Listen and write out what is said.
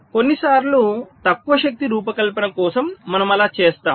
కొన్నిసార్లు తక్కువ శక్తి రూపకల్పన కోసం మనము అలా చేస్తాము